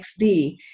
XD